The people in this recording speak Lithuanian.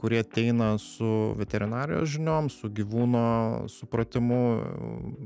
kurie ateina su veterinarijos žiniom su gyvūno supratimu